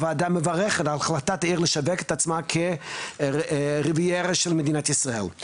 הוועדה מברכת על החלטת עיר לשווק את עצמה כרביירה של מדינת ישראל.